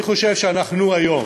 אני חושב שהיום,